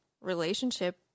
relationship